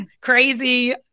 crazy